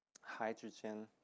hydrogen